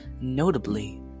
Notably